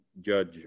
judge